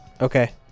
Okay